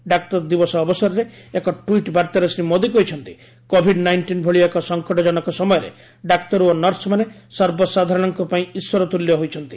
ଡାକ୍ତର ଦିବସ ଅବସରରେ ଏକ ଟ୍ୱିଟ୍ ବାର୍ଭାରେ ଶ୍ରୀ ମୋଦି କହିଛନ୍ତି କୋଭିଡ୍ ନାଇଷ୍ଟିନ୍ ଭଳି ଏକ ସଙ୍କଟଜନକ ସମୟରେ ଡାକ୍ତର ଓ ନର୍ସମାନେ ସର୍ବସାଧାରଣଙ୍କ ପାଇଁ ଇଶ୍ୱରତୁଲ୍ୟ ହୋଇଛନ୍ତି